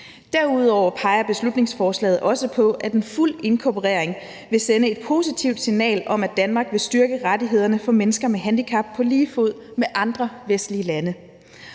Derudover peger beslutningsforslaget også på, at en fuld inkorporering vil sende et positivt signal om, at Danmark vil styrke rettighederne for mennesker med handicap på lige fod med andre vestlige lande.